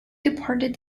departed